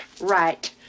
Right